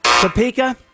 Topeka